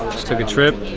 just took a trip,